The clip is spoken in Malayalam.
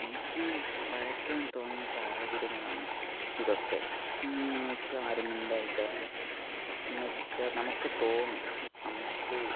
എനിക്ക് വരയ്ക്കാൻ തോന്നുന്ന സാഹചര്യങ്ങളാണ് ഇതൊക്കെ എന്ന് വെച്ച് ആരും മിണ്ടയില്ലാതെ എന്ന് വെച്ച് നമുക്ക് തോന്നും നമുക്ക്